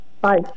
Bye